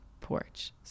porch